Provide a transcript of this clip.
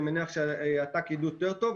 אני מניח שאת"ק ידעו יותר טוב.